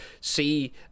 see